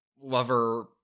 lover